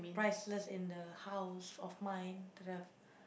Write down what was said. priceless in the house of mine